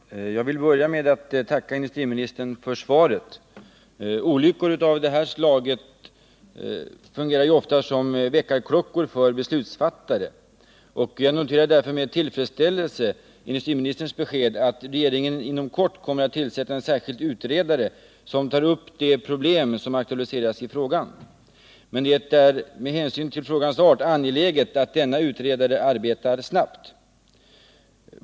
Herr talman! Jag vill börja med att tacka industriministern för svaret. Olyckor av det slag som inträffade i Enköping fungerar ofta som väckarklockor för beslutsfattare. Jag noterar därför med tillfredsställelse industriministerns besked att regeringen inom kort kommer att tillsätta en särskild utredare som skall ta upp de problem som aktualiseras i frågan. Men med hänsyn till frågans art är det angeläget att denna utredare arbetar snabbt.